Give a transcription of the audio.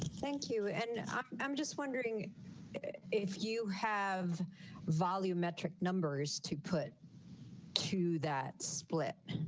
thank you. and i'm just wondering if you have volumetric numbers to put to that split